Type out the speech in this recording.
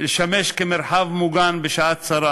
לשמש כמרחב מוגן בשעת צרה.